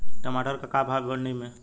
टमाटर का भाव बा मंडी मे?